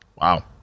Wow